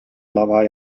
lava